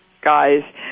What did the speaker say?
guys